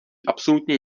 absolutně